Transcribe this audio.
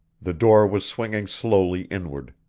the door was swinging slowly inward.